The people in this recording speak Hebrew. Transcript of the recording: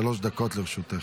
שלוש דקות לרשותך.